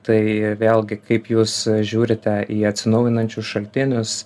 tai vėlgi kaip jūs žiūrite į atsinaujinančius šaltinius